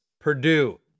Purdue